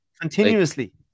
Continuously